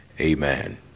Amen